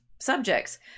subjects